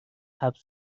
حبس